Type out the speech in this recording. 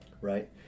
right